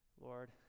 Lord